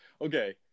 okay